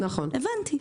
הבנתי.